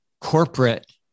corporate